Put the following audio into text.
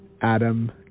Adam